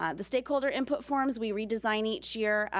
ah the stakeholder input forms we redesign each year.